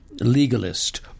legalist